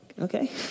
okay